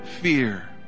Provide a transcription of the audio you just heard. fear